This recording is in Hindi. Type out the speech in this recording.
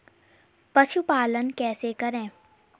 पशुपालन कैसे करें?